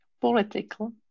Political